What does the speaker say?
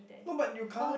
no but you can't